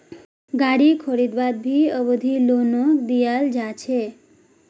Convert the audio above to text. गारी खरीदवात भी अवधि लोनक दियाल जा छे